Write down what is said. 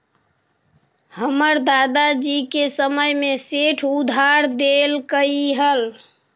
हमर दादा जी के समय में सेठ उधार देलकइ हल